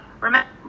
remember